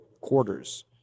quarters